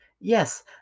Yes